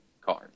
card